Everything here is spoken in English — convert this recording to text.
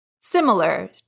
similar